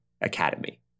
Academy